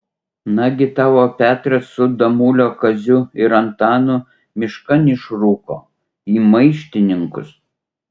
nagi tavo petras su damulio kaziu ir antanu miškan išrūko į maištininkus